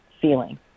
feeling